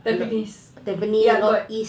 tampines ya got